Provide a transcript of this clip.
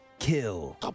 Kill